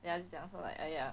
then 他就讲 so like !aiya!